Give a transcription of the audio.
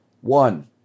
One